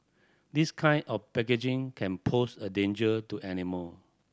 this kind of packaging can pose a danger to animal